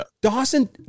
Dawson